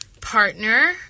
partner